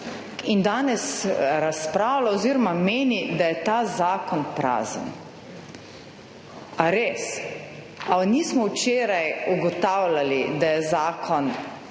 in danes razpravlja oziroma meni, da je ta zakon prazen. A res? Ali nismo včeraj ugotavljali, da je zakon odličen?